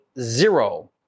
zero